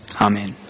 Amen